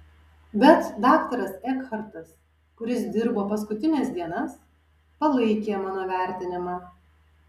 bet daktaras ekhartas kuris dirbo paskutines dienas palaikė mano vertinimą